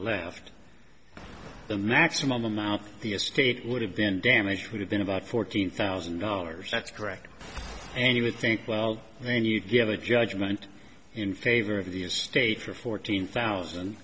left the maximum amount the estate would have been damaged would have been about fourteen thousand dollars that's correct and you would think well then you give a judgment in favor of the estate for fourteen thousand